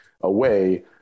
away